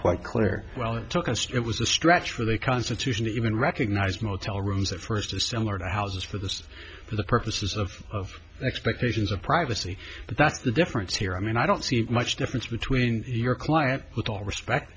quite clear well it took us to it was a stretch for the constitution even recognized motel rooms at first are similar to houses for those for the purposes of expectations of privacy that's the difference here i mean i don't see much difference between your client little respect